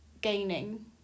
gaining